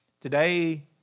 Today